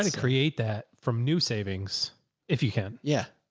and create that from new savings if you can. yeah.